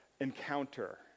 encounter